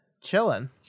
chilling